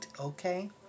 okay